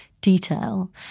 detail